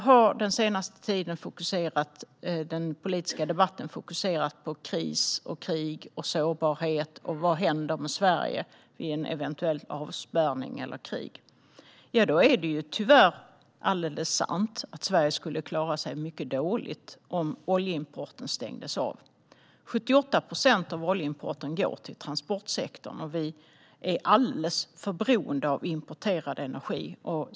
På den senaste tiden har den politiska debatten fokuserat på kris, krig och sårbarhet och vad som händer med Sverige vid en eventuell avspärrning eller ett krig. Då är det tyvärr alldeles sant att Sverige skulle klara sig mycket dåligt om oljeimporten stängdes av. 78 procent av oljeimporten går till transportsektorn, och vi är alldeles för beroende av importerad energi.